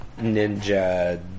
Ninja